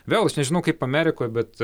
vėl aš nežinau kaip amerikoj bet